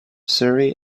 surrey